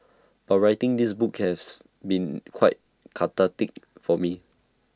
but writing this book has been quite cathartic for me